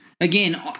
again